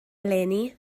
eleni